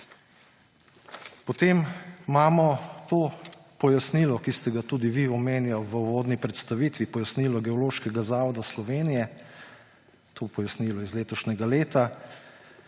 Potem imamo to pojasnilo, ki ste ga tudi vi omenjali v uvodni predstavitvi, pojasnilo Geološkega zavoda Slovenije, to pojasnilo je iz letošnjega leta,